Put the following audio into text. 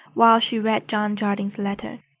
while she read john jardine's letter.